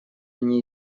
они